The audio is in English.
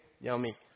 yummy